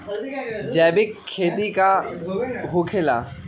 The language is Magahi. जैविक खेती का होखे ला?